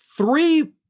Three